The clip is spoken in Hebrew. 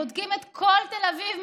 בודקים את כל תל אביב,